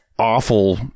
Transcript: awful